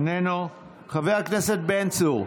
איננו, חבר הכנסת בן צור,